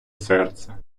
серце